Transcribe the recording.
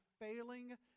failing